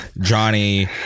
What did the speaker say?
Johnny